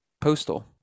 Postal